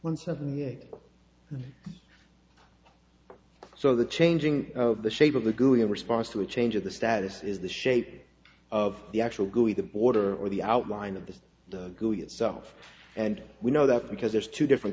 one seventy eight so the changing of the shape of the goo in response to a change of the status is the shape of the actual gooey the border or the outline of the gooey itself and we know that because there's two different